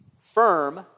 firm